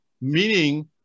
meaning